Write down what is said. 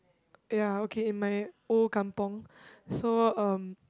ya okay in my old kampung so um